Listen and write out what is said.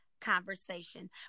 conversation